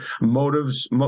motives